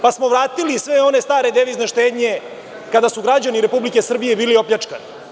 Pa smo vratili sve one devizne štednje kada su građani Republike Srbije bili opljačkani.